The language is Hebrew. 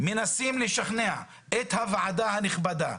מנסים לשכנע את הוועדה הנכבדה,